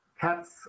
cats